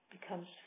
becomes